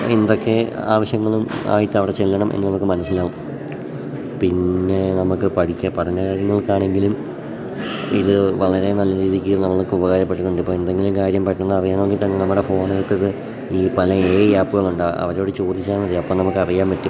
എന്തൊക്കെ ആവശ്യങ്ങളും ആയിട്ടവിടെ ചെല്ലണം എന്ന് നമുക്ക് മനസ്സിലാകും പിന്നെ നമുക്ക് പഠിക്ക പഠന കാര്യങ്ങൾക്കാണെങ്കിലും ഇത് വളരെ നല്ല രീതിക്ക് നമ്മൾക്കുപകാരപ്പെടുന്നുണ്ട് ഇപ്പെന്തെങ്കിലും കാര്യം പെട്ടെന്നറിയണമെങ്കിൽ തന്നെ നമ്മുടെ ഫോണുകൾക്കിത് ഈ പല എ ഐ ആപ്പുകളുണ്ട് അവരോട് ചോദിച്ചാൽ മതി അപ്പം നമുക്കറിയാൻ പറ്റും